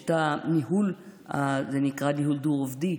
יש ניהול שנקרא ניהול דו-רובדי,